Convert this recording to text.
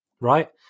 right